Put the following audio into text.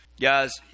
Guys